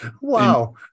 Wow